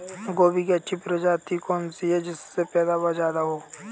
गोभी की अच्छी प्रजाति कौन सी है जिससे पैदावार ज्यादा हो?